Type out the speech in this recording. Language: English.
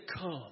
come